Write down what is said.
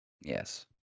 Yes